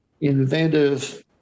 inventive